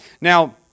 Now